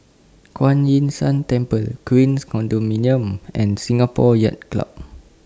Kuan Yin San Temple Queens Condominium and Singapore Yacht Club